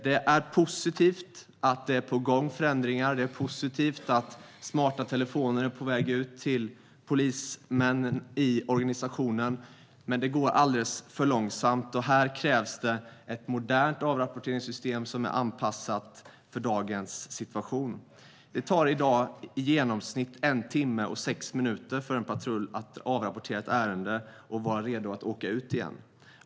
Det är positivt att det är på gång förändringar, och det är positivt att smarta telefoner är på väg ut till polismännen i organisationen. Men det går alldeles för långsamt. Det krävs ett modernt avrapporteringssystem som är anpassat för dagens situation. Det tar i dag i genomsnitt en timme och sex minuter för en patrull att avrapportera ett ärende och vara redo att åka ut igen.